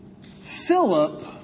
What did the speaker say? Philip